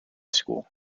school